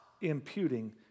imputing